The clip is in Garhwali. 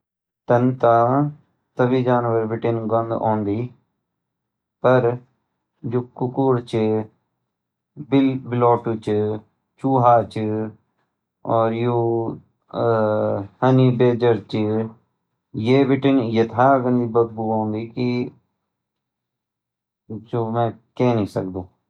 तन ता सभी जानवरो बितान गंध ौंदी पर जो कुकुर च बिलोता च चूहा च और यु होनेडच च ये बितान यथा बदबू ोंदी की जो मई कहने नहीं सकदु